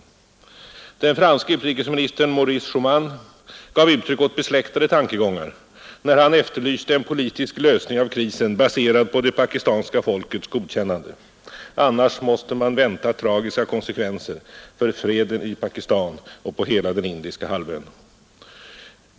Den franske utrikesministern Maurice Schumann gav uttryck åt besläktade tankegångar, när han efterlyste en politisk lösning av krisen baserad på det pakistanska folkets godkännande; annars måste man vänta tragiska konsekvenser för freden i Pakistan och på hela den indiska halvön.